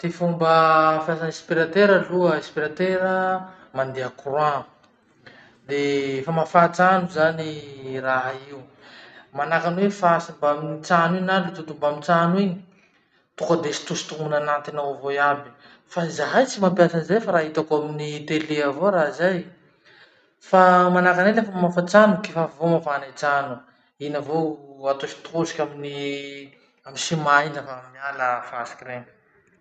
Ty fomba fiasa aspiratera aloha, aspiratera mandeha courant. De famafà trano zany raha io. Manahaky any hoe fasy mbamy trano iny na lotoloto mbamy trano iny, tonga de sotosotomy anatiny ao avao iaby. Fa izahay tsy mampiasa izay fa raha hitako amin'ny tele avao raha zay. Fa manahaky anay lafa mamafa trano, kifafa avao amafanay trano. Iny avao atosotosoky amin'ny amy ciment lafa miala fasiky reny.